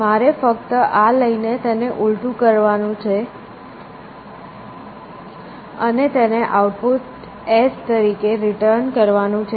મારે ફક્ત આ લઈને તેને ઊલટું કરવાનું છે અને તેને આઉટપુટ S તરીકે રિટર્ન કરવાનું છે